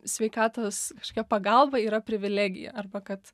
sveikatos kažkokia pagalba yra privilegija arba kad